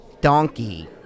donkey